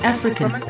African